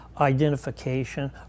Identification